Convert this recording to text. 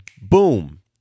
boom